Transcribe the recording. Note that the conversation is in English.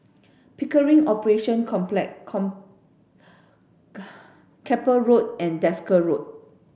Pickering Operations Complex Keppel Road and Desker Road